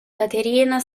caterina